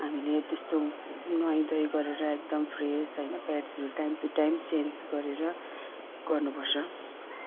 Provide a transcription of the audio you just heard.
हामीले त्यस्तो नुहाइ धुवाइ गरेर एकदम फ्रेस होइन प्याड्सहरू टाइम टु टाइम चेन्ज गरेर गर्नु पर्छ